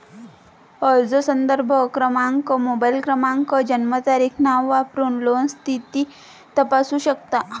अर्ज संदर्भ क्रमांक, मोबाईल क्रमांक, जन्मतारीख, नाव वापरून लोन स्थिती तपासू शकतो